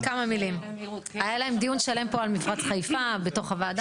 להם דיון שלם פה על מפרץ חיפה, בתוך הוועדה.